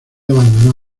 abandonó